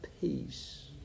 peace